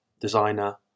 designer